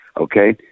Okay